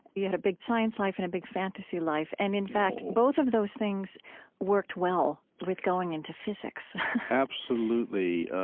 you had a big science life and a big fantasy life and, in fact, both of those things worked well with going into physics absolutely.